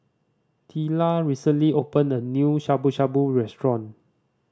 Teela recently opened a new Shabu Shabu Restaurant